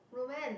romance